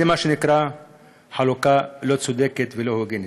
זה מה שנקרא חלוקה לא צודקת ולא הוגנת.